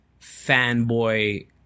fanboy